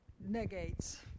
negates